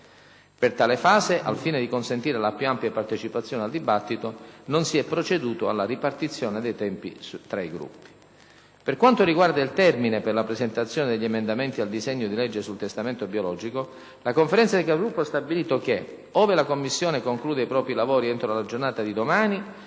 Per tale fase, al fine di consentire la più ampia partecipazione al dibattito, non si è proceduto alla ripartizione dei tempi tra i Gruppi. Per quanto riguarda il termine per la presentazione degli emendamenti al disegno di legge sul testamento biologico, la Conferenza dei Capigruppo ha stabilito che, ove la Commissione concluda i propri lavori entro la giornata di domani,